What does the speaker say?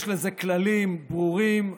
יש לזה כללים ברורים.